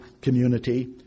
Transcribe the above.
community